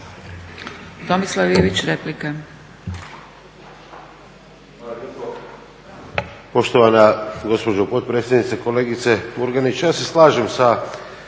Tomislav Ivić, replika.